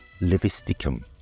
levisticum